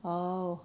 oh